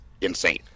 insane